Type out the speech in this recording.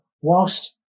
whilst